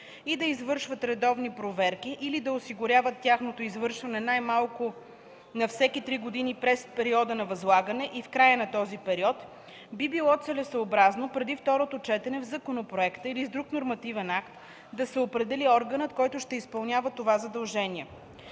и да извършват редовни проверки или да осигуряват тяхното извършване най-малко на всеки три години през периода на възлагане и в края на този период, би било целесъобразно преди второто четене в законопроекта или с друг нормативен акт да се определи органът, който ще изпълнява това задължение.